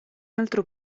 altro